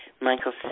Michael